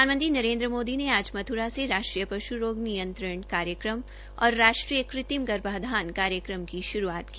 प्रधानमंत्री नरेन्द्र मोदी ने आज मथुरा से राष्ट्रीय पशु रोग नियंत्रण कार्यक्रम और राष्ट्रीय कृत्रिम गर्भाधान कार्यक्रम की श्रूआत की